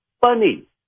funny